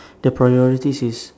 the priorities is